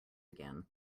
again